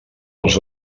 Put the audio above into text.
els